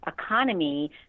economy